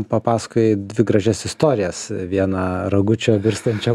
papasakojai dvi gražias istorijas vieną ragučio virstančio